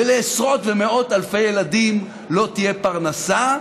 ולעשרות ומאות אלפי ילדים לא תהיה פרנסה,